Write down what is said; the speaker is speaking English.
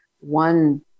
one